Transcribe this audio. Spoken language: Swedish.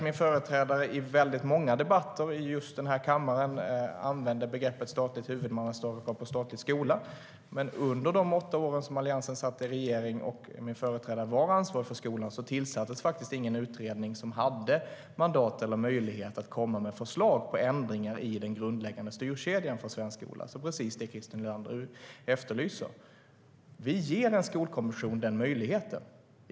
Min företrädare i just den här kammaren använde begreppet statligt huvudmannaskap och statlig skola i många debatter. Men under de åtta år som Alliansen satt i regeringen och min företrädare var ansvarig för skolan tillsattes faktiskt ingen utredning som hade mandat eller möjlighet att komma med förslag på ändringar i den grundläggande styrkedjan för svensk skola, alltså precis det som Christer Nylander efterlyser. Vi ger en skolkommission den möjligheten.